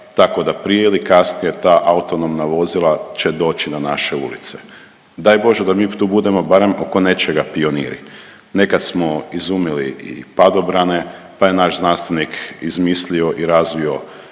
tako da prije ili kasnije ta autonomna vozila će doći na naše ulice. Daj Bože da mi tu budemo barem oko nečega pioniri. Nekad smo izumili i padobrane, pa je naš znanstvenik izmislio i razvio